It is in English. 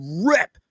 rip